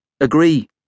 Agree